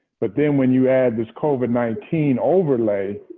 but then when you add this covid nineteen overlay,